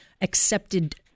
accepted